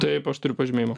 taip aš turiu pažymėjimą